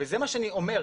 וזה מה שאני אומר.